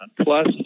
Plus